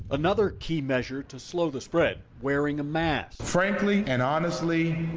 another key measure to slow the spread, wearing a mask. frankly and honestly,